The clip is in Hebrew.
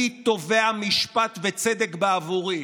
אני תובע משפט וצדק בעבורי,